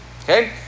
okay